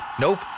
Nope